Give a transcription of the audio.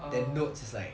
um